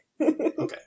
Okay